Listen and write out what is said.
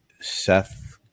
Seth